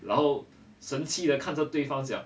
然后神气地看着对方讲:ran hou shen qi de kan zheo dui fang jiang